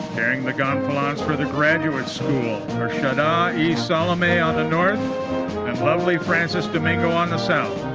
carrying the gonfalons for the graduate school are shada eed salameh on the north and lovely francis domingo on the south.